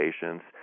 patients